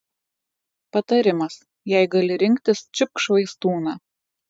patarimas jei gali rinktis čiupk švaistūną